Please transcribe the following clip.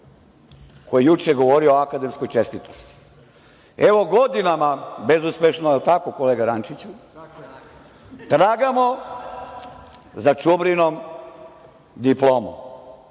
koji je juče govorio o akademskoj čestitosti. Evo, godinama bezuspešno, je li tako kolega Rančiću, tragamo za Čubrinom diplomom,